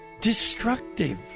destructive